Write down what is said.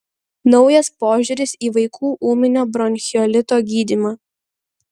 naujas požiūris į vaikų ūminio bronchiolito gydymą